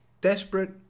desperate